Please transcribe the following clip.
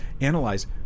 analyze